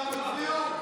הודעה למזכירת הכנסת,